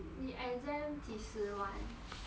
你 exam 几时完